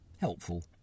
helpful